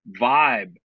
vibe